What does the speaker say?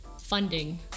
funding